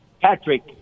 Patrick